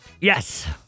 Yes